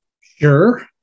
Sure